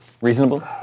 Reasonable